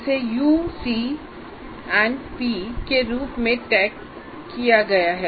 इसे U C P के रूप में टैग किया गया है